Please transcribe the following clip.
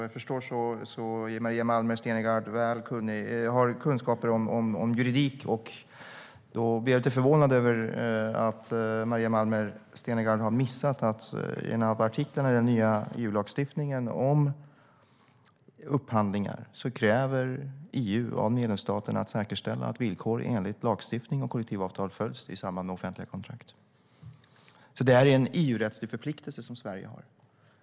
Jag förstår att Maria Malmer Stenergard har goda kunskaper i juridik, och därför blir jag förvånad över att hon har missat att en av artiklarna i den nya EU-lagstiftningen om upphandlingar kräver att medlemsstaterna ska säkerställa att villkor enligt lagstiftning om kollektivavtal följs i samband med offentliga kontrakt. Det är alltså en EU-rättslig förpliktelse som Sverige har.